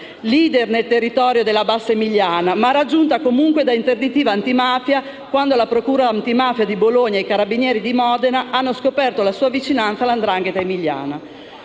*leader* nel territorio della bassa emiliana, raggiunta comunque da interdittiva antimafia quando la procura antimafia di Bologna e i carabinieri di Modena hanno scoperto la sua vicinanza alla 'ndrangheta emiliana.